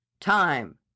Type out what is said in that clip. Time